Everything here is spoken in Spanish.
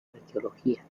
arqueología